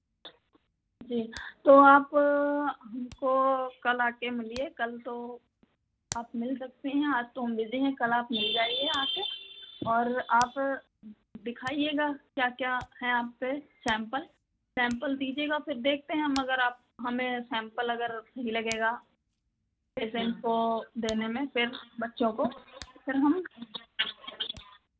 जी तो आप हमको कल आके मिलिए कल तो आप मिल सकती हैं आज तो हम बिज़ी हैं कल आप मिल जाइए आके और आप दिखाइएगा क्या क्या हैं आप पे सैंपल सैंपल दीजिएगा फिर देखते है हम अगर आप हमें सैंपल अगर ठीक लगेगा पेशेंट को देने में बच्चों को फिर हम